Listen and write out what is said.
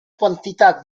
quantità